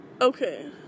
Okay